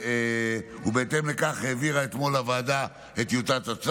בהתאם לכך העבירה אתמול הוועדה את טיוטת הצו.